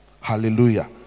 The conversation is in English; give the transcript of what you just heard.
hallelujah